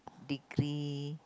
degree